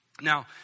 Now